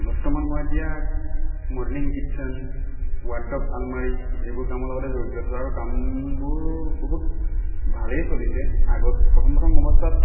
বৰ্তমান মই এতিয়া মডেলিং কীটচেন ৱাৰ্ডৱ আলমাৰী এইবোৰ কামৰ লগতে জড়িত আছো আৰু কামবোৰ বহুত ভালেই চলিছে আগত প্ৰথম প্ৰথম অৱস্থাত